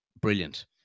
brilliant